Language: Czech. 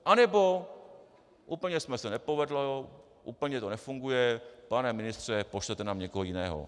Anebo úplně se to nepovedlo, úplně to nefunguje, pane ministře, pošlete nám někoho jiného.